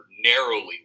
narrowly